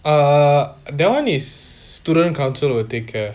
err that one is student council will take care